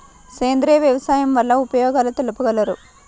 సేంద్రియ వ్యవసాయం వల్ల ఉపయోగాలు తెలుపగలరు?